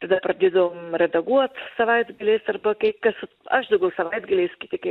tada pradėdavom redaguot savaitgaliais arba kaip kas aš daugiau savaitgaliais kiti kai